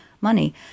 money